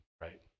right